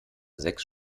sechs